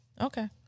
Okay